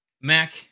Mac